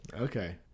Okay